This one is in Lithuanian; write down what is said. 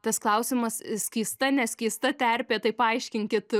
tas klausimas skysta ne skysta terpė tai paaiškinkit